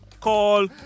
call